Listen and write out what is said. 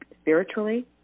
spiritually